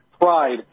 pride